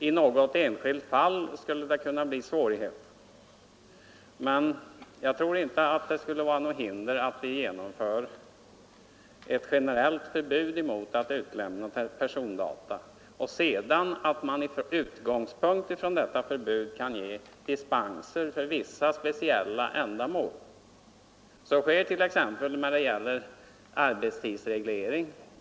I något enskilt fall skulle det kunna uppstå svårigheter, men jag tror inte att det finns något som hindrar att man inför ett generellt förbud mot att utelämna persondata och sedan med utgångspunkt i detta förbud ger dispenser för vissa speciella ändamål. Så sker t.ex. när det gäller arbetstidsregleringen.